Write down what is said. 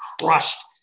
crushed